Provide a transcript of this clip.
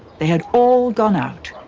they had all gone out.